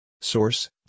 Source